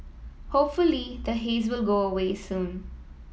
hopefully the haze will go away soon